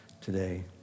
today